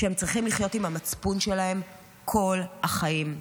שהם צריכים לחיות עם המצפון שלהם כל החיים.